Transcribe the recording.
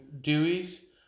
Dewey's